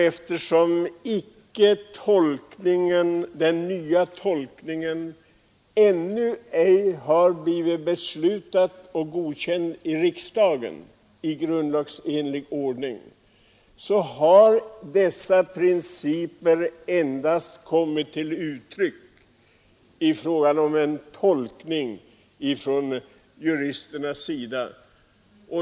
Eftersom den nya tolkningen ännu inte blivit beslutad och godkänd av riksdagen i grundlagsenlig ordning, har dessa principer endast kommit till uttryck i form av en tolkning av juristerna.